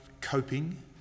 coping